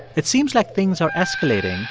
it seems like things are escalating,